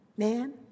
Man